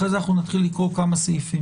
אחרי זה נקרא כמה סעיפים.